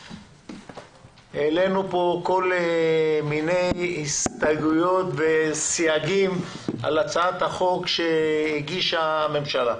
העלינו פה כל מיני הסתייגויות וסייגים על הצעת החוק שהגישה הממשלה.